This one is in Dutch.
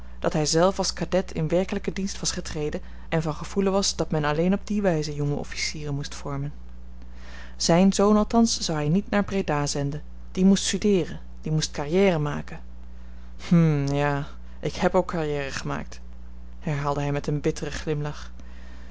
dat hij zelf als cadet in werkelijken dienst was getreden en van gevoelen was dat men alleen op die wijze jonge officieren moest vormen zijn zoon althans zou hij niet naar breda zenden die moest studeeren die moest carrière maken hm ja ik heb ook carrière gemaakt herhaalde hij met een bitteren glimlach